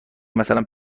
مثلا